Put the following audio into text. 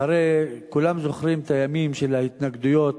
שהרי כולם זוכרים את הימים של ההתנגדויות